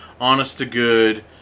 honest-to-good